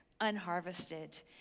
unharvested